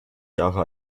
jahre